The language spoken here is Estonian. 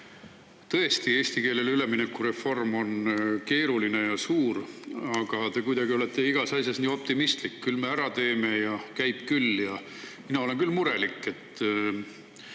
Tõesti, eesti keelele ülemineku reform on keeruline ja suur, aga te olete igas asjas nii optimistlik: küll me ära teeme ja käib küll. Mina olen siiski murelik. On